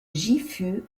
gifu